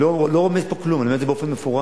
אני לא רומז פה כלום, אני אומר את זה באופן מפורש.